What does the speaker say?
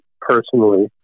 personally